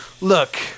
look